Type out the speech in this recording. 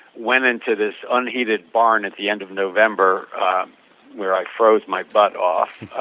went into this unheated barn at the end of november where i froze my butt off,